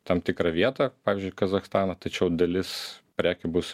tam tikrą vietą pavyzdžiui kazachstaną tačiau dalis prekių bus